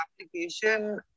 application